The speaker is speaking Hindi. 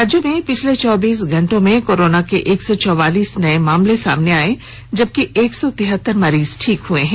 राज्य में पिछले चौबीस घंटो में कोरोना के एक सौ चौवालीस नए मामले सामने आए जबकि एक सौ तिहतर मरीज ठीक हुए हैं